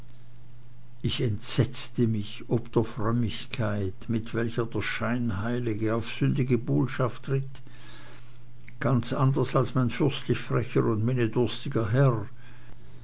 ich entsetzte mich ob der frömmigkeit mit welcher der scheinheilige auf sündige buhlschaft ritt ganz anders als mein fürstlich frecher und minnedurstiger herr